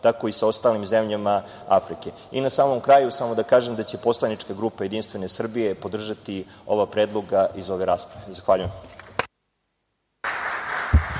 tako i sa ostalim zemljama Afrike. Na samom kraju samo da kažem da će Poslanička grupa JS podržati oba predloga iz ove rasprave. Zahvaljujem.